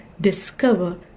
discover